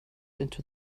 into